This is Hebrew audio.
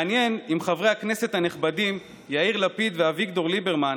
מעניין אם חברי הכנסת הנכבדים יאיר לפיד ואביגדור ליברמן